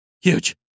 Huge